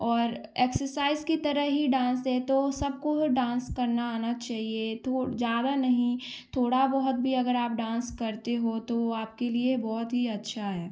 और एक्सरसाइज़ की तरह ही डांस है तो सबको डांस करना आना चाहिए थोड़ ज्यादा नहीं थोड़ा बहुत भी अगर आप डांस करते हो तो आपके लिए बहुत ही अच्छा है